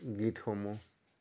গীতসমূহ